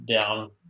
down